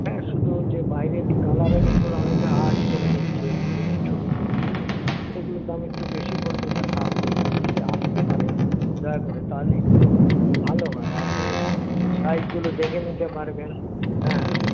হ্যাঁ শুধু যে বাইরের কালারের উপর অনেকে আর্ট করে নিচ্ছে বিভিন্ন ছবি টবি দিয়ে সেগুলোর দাম একটু বেশি পড়বে এবার আপনি একটু যদি আসতে পারেন দয়া করে তাহলে একটু ভালো হয় আপনি সাইজগুলো দেখে নিতে পারবেন হ্যাঁ